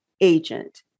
agent